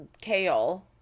kale